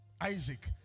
Isaac